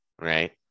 right